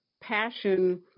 passion